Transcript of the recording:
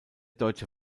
deutsche